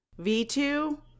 V2